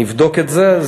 אני אבדוק את זה.